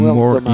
more